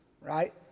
right